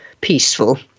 peaceful